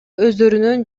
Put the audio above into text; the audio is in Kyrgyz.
өздөрүнүн